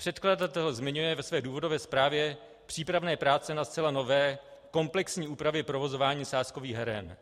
Předkladatel zmiňuje ve své důvodové zprávě přípravné práce na zcela nové komplexní úpravě provozování sázkových heren.